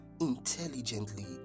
intelligently